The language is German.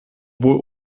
wohl